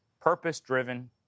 purpose-driven